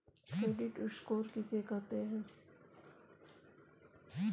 Credit score किसे कहते हैं?